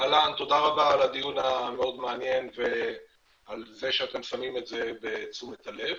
תודה רבה על הדיון המאוד מעניין ועל זה שאתם שמים את זה בתשומת הלב.